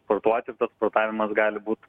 sportuoti ir tas sprotavimas gali būt